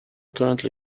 currently